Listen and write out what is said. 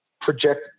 project